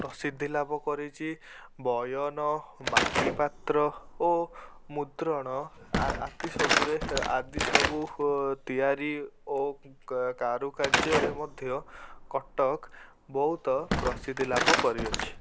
ପ୍ରସିଦ୍ଧି ଲାଭ କରିଛି ବୟନ ମାଟି ପାତ୍ର ଓ ମୁଦ୍ରଣ ସବୁରେ ଆଦି ସବୁ ହୁ ତିଆରି ଓ କାରୁକାର୍ଯ୍ୟରେ ମଧ୍ୟ କଟକ ବହୁତ ପ୍ରସିଦ୍ଧି ଲାଭ କରିଅଛି